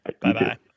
Bye-bye